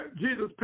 Jesus